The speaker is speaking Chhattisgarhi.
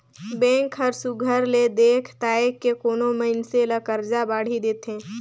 बेंक हर सुग्घर ले देख ताएक के कोनो मइनसे ल करजा बाड़ही देथे